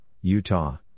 Utah